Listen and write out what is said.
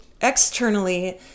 externally